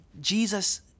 Jesus